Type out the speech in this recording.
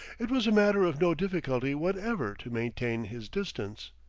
it was a matter of no difficulty whatever to maintain his distance.